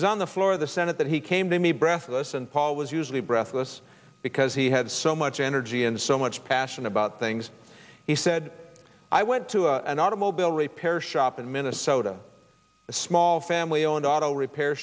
was on the floor of the senate that he came to me breathless and paul was usually breathless because he had so much energy and so much passion about things he said i went to an automobile repair shop in minnesota a small family owned auto repair